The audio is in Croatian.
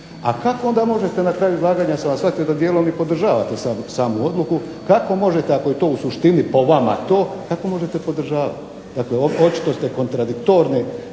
A kako onda možete na kraju izlaganja sam vas shvatio da dijelom i podržavate samu odluku. Kako možete ako je to u suštini po vama to. Kako možete podržavati? Dakle, očito ste kontradiktorni